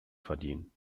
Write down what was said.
verdienen